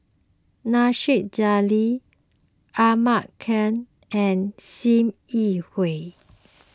Nasir Jalil Ahmad Khan and Sim Yi Hui